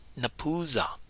Napuza